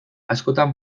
askotan